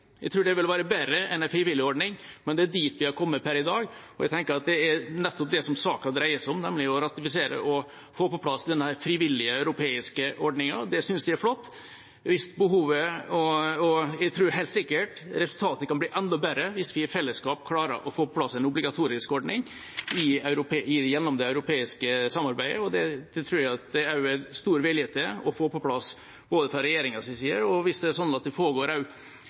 Jeg tror det vil være bedre enn en frivillig ordning, men det er dit vi har kommet per i dag. Jeg tenker at det nettopp er dette saken dreier seg om, nemlig å ratifisere og få på plass denne frivillige europeiske ordningen. Det synes jeg er flott. Jeg tror resultatet helt sikkert kan bli enda bedre hvis vi i fellesskap klarer å få på plass en obligatorisk ordning gjennom det europeiske samarbeidet. Det tror jeg også det er stor villighet til å få på plass fra regjeringens side. Hvis det er sånn at det også pågår